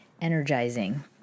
energizing